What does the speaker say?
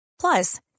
Plus